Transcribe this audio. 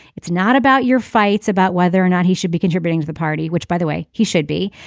it's not about your fights about whether or not he should be contributing to the party which by the way he should be.